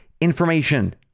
information